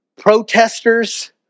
Protesters